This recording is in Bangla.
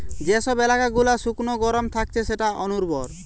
যে সব এলাকা গুলা শুকনো গরম থাকছে সেটা অনুর্বর